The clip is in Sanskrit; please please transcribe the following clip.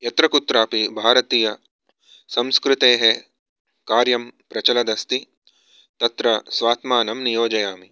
यत्र कुत्रापि भारतीयसंस्कृतेः कार्यं प्रचलदस्ति तत्र स्वात्मानं नियोजयामि